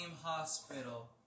hospital